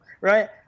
right